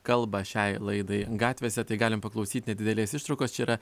kalba šiai laidai gatvėse tai galim paklausyti nedidelės ištraukos čia yra